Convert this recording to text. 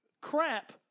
crap